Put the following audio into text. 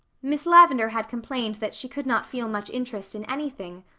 miss lavendar had complained that she could not feel much interest in anything,